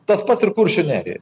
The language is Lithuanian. tas pats ir kuršių nerijoj